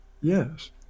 yes